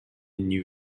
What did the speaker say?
new